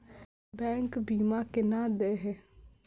Bank बीमा केना देय है?